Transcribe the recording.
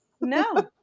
No